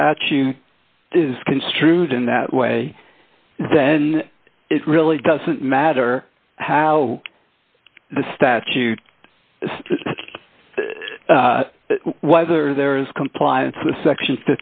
statue is construed in that way then it really doesn't matter how the statute was or there is compliance with section